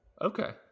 okay